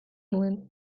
nuen